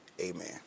Amen